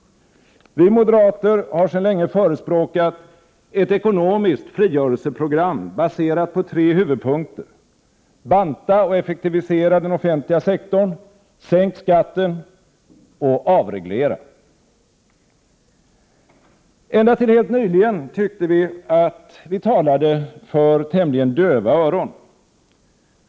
Vi moderater har sedan länge förespråkat ett ekonomiskt frigörelseprogram baserat på tre huvudpunkter: banta och effektivisera den offentliga sektorn, sänk skatten och avreglera! Ända till helt nyligen tyckte vi att vi talade för tämligen döva öron.